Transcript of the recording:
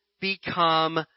become